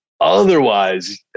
Otherwise